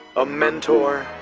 a mentor.